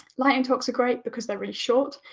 lightning talks are great because they are short,